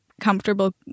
comfortable